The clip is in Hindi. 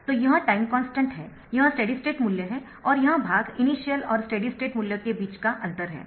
तो यह टाइम कॉन्स्टन्ट है यह स्टेडी स्टेट मूल्य है और यह भाग इनिशियल और स्टेडी स्टेट मूल्यों के बीच का अंतर है